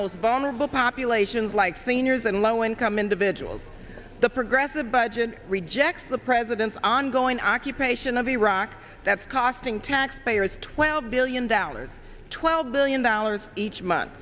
most vulnerable populations like seniors and low income individuals the progressive budget rejects the president's ongoing occupation of iraq that's costing taxpayers twelve billion dollars twelve billion dollars each month